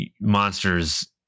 monsters